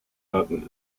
hatten